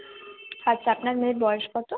আচ্ছা আপনার মেয়ের বয়স কত